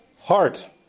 heart